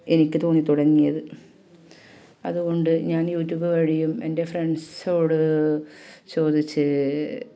എനിക്ക് തോന്നി തുടങ്ങിയത് അതു കൊണ്ട് ഞാൻ യു ട്യൂബ് വഴിയും എൻ്റെ ഫ്രണ്ട്സോട് ചോദിച്ച്